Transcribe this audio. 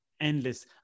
endless